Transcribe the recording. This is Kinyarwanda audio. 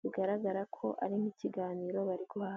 bigaragara ko ari nk'ikiganiro bari guhabwa.